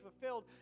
fulfilled